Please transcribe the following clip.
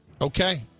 Okay